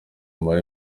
umara